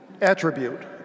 attribute